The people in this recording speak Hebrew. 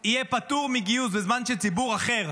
יהיה פטור מגיוס בזמן שציבור אחר